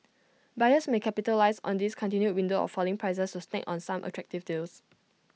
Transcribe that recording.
buyers may capitalise on this continued window of falling prices to snag on some attractive deals